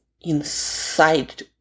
inside